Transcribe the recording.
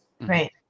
Right